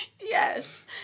yes